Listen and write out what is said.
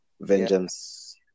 vengeance